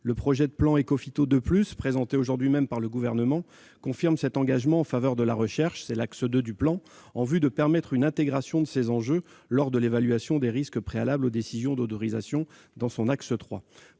Le projet de plan Écophyto II +, présenté aujourd'hui même par le Gouvernement, confirme cet engagement en faveur de la recherche. C'est l'axe 2 du plan en vue de permettre une intégration de ces enjeux lors de l'évaluation des risques préalables aux décisions d'autorisation prévue dans son axe 3.